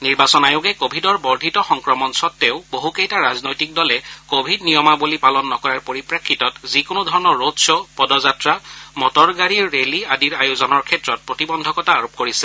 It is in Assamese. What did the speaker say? নিৰ্বাচন আয়োগে কভিডৰ বৰ্ধিত সংক্ৰমণ সতেও বহুকেইটা ৰাজনৈতিক দলে কোৱিড নিয়মাৱলী পালন নকৰাৰ পৰিপ্ৰেক্ষিতত যিকোনো ধৰণৰ ৰোড খ' পদযাত্ৰা মটৰগাড়ীৰ ৰেলী আদিৰ আয়োজনৰ ক্ষেত্ৰত প্ৰতিবন্ধকতা আৰোপ কৰিছে